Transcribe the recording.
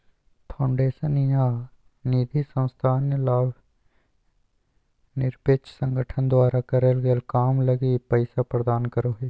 foundation या निधिसंस्था अन्य लाभ निरपेक्ष संगठन द्वारा करल गेल काम लगी पैसा प्रदान करो हय